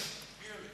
מי אלה?